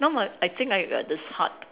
now I I think got this heart